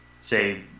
say